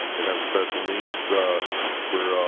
and have special needs for